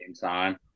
time